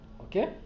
Okay